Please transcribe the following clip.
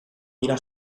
dira